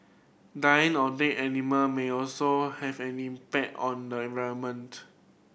dying or dead animal may also have an impact on the environment